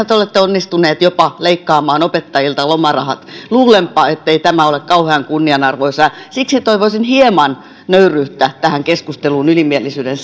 te olette tosiasiassa onnistuneet jopa leikkaamaan opettajilta lomarahat luulenpa ettei tämä ole kauhean kunnianarvoisaa siksi toivoisin hieman nöyryyttä tähän keskusteluun ylimielisyyden